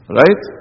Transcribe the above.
right